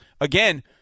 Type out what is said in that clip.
again